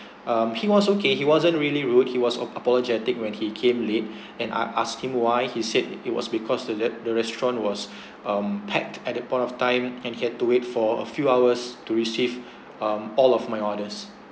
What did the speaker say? um he was okay he wasn't really rude he was apologetic when he came late and I asked him why he said it was because the re~ the restaurant was um packed at that point of time and he had to wait for a few hours to receive um all of my orders